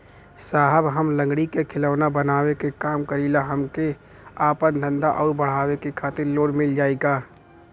साहब हम लंगड़ी क खिलौना बनावे क काम करी ला हमके आपन धंधा अउर बढ़ावे के खातिर लोन मिल जाई का?